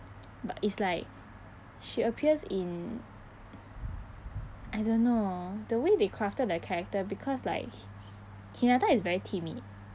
but it's like she appears in I don't know the way they crafted the character because like hinata is very timid